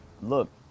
look